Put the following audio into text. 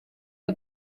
aho